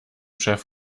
chef